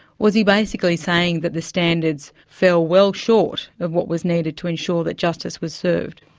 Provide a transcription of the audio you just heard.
was he basically saying that the standards fell well short of what was needed to ensure that justice was served?